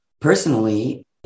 personally